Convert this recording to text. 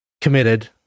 committed